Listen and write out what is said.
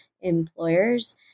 employers